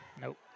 Nope